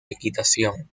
equitación